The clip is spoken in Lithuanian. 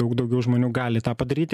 daug daugiau žmonių gali tą padaryti